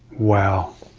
wow.